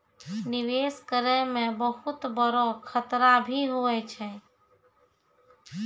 निवेश करै मे बहुत बड़ो खतरा भी हुवै छै